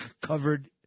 covered